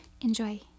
enjoy